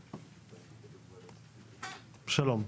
שלום.